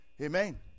Amen